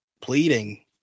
pleading